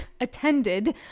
attended